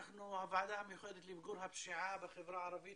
הוועדה המיוחדת למיגור הפשיעה בחברה הערבית